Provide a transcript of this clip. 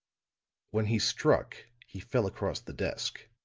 when he struck he fell across the desk.